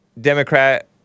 Democrat